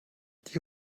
die